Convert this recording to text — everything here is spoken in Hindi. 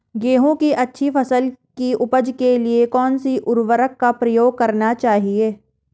गेहूँ की अच्छी फसल की उपज के लिए कौनसी उर्वरक का प्रयोग करना चाहिए?